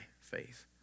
faith